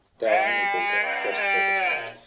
thou only. balder, wast for ever kind,